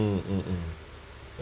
hmm hmm hmm